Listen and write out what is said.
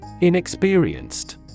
Inexperienced